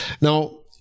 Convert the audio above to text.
Now